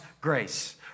grace